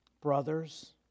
brothers